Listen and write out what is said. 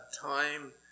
time